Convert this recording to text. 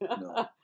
no